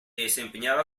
desempeñaba